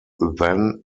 then